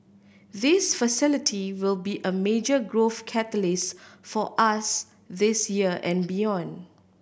this facility will be a major growth catalyst for us this year and beyond